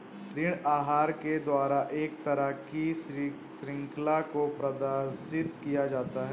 ऋण आहार के द्वारा एक तरह की शृंखला को प्रदर्शित किया जाता है